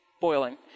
boiling